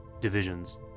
divisions